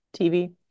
tv